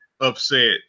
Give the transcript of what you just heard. upset